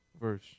verse